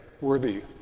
worthy